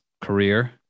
career